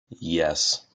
yes